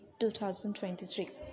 2023